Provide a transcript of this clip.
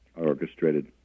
orchestrated